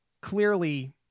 clearly